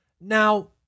Now